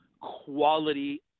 quality